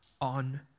on